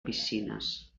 piscines